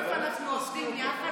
סוף-סוף אנחנו עובדים יחד,